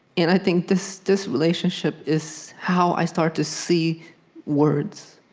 and i think this this relationship is how i started to see words.